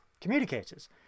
communicators